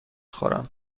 خورم